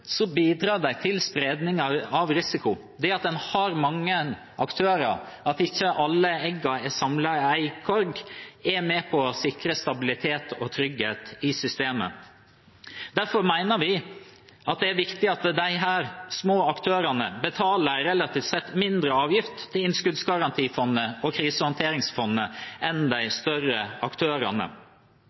bidrar de til spredning av risiko. Det at en har mange aktører, at ikke alle eggene er samlet i én kurv, er med på å sikre stabilitet og trygghet i systemet. Derfor mener vi det er viktig at disse små aktørene betaler en relativt sett mindre avgift til innskuddsgarantifondet og krisehåndteringsfondet enn de større aktørene.